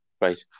Right